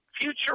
future